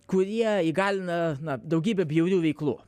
kurie įgalina na daugybę bjaurių veiklų